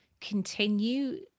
continue